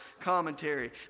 Commentary